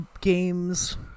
games